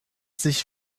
sich